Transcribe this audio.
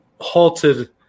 halted